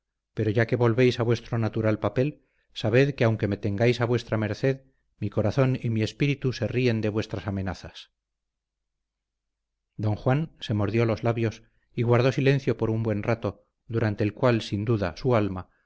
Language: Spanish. pero ya que volvéis a vuestro natural papel sabed que aunque me tengáis a vuestra merced mi corazón y mi espíritu se ríen de vuestras amenazas don juan se mordió los labios y guardó silencio por un buen rato durante el cual sin duda su alma